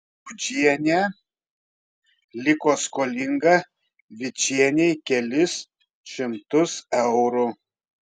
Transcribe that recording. gudžienė liko skolinga vičienei kelis šimtus eurų